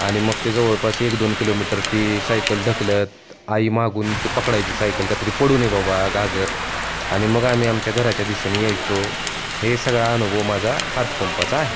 आणि मग ते जवळपास एक दोन किलोमीटर ती सायकल ढकलत आई मागून ते पकडायची सायकल का तरी पडू नये बाबा घागर आणि मग आम्ही आमच्या घराच्या दिशेने यायचो हे सगळा अनुभव माझा हातपंपाचा आहे